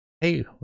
hey